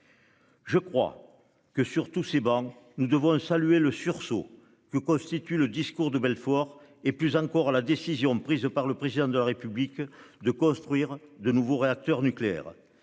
Je crois que sur tous ces bancs. Nous devons saluer le sursaut que constitue le discours de Belfort et plus encore à la décision prise par le président de la République de construire de nouveaux réacteurs nucléaires.